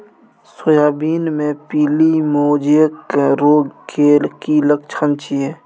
Soybean मे पीली mosaic रोग के की लक्षण छीये?